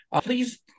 Please